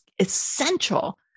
essential